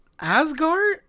Asgard